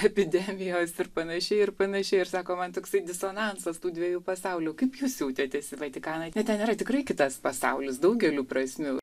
epidemijos ir panašiai ir panašiai ir sako man toksai disonansas tų dviejų pasaulių kaip jūs jautėtės į vatikaną na ten yra tikrai kitas pasaulis daugeliu prasmių